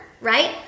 right